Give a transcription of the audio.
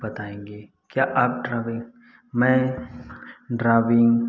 बताएंगे क्या आप ड्राविंग मैं ड्राविंग